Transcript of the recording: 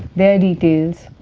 their details.